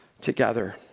together